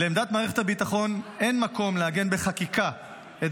לעמדת מערכת הביטחון אין מקום לעגן בחקיקה את